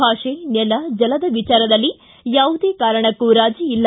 ಭಾಷೆ ನೆಲ ಜಲ ವಿಚಾರದಲ್ಲಿ ಯಾವುದೇ ಕಾರಣಕ್ಕೂ ರಾಜಿ ಇಲ್ಲ